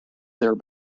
their